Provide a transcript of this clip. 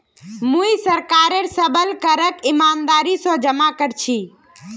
मुई सरकारेर सबल करक ईमानदारी स जमा कर छी